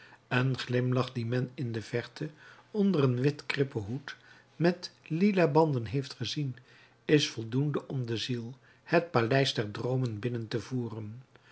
een glimlach die men in de verte onder een wit krippen hoed met lilabanden heeft gezien is voldoende om de ziel het paleis der droomen binnen te voeren